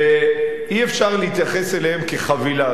ואי-אפשר להתייחס אליהם כלחבילה.